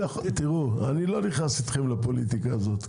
--- תראו, אני לא נכנס איתכם לפוליטיקה הזאת.